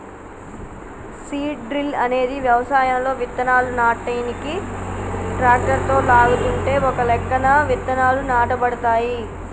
seed drill అనేది వ్యవసాయంలో విత్తనాలు నాటనీకి ట్రాక్టరుతో లాగుతుంటే ఒకలెక్కన విత్తనాలు నాటబడతాయి